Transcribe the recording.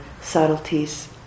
subtleties